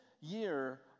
year